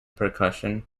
percussion